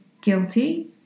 guilty